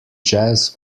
jazz